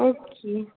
okay